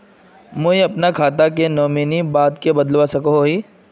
मुई अपना बचत खातार नोमानी बाद के बदलवा सकोहो ही?